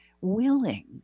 willing